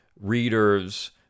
readers